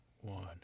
one